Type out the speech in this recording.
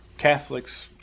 Catholics